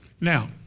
Now